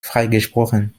freigesprochen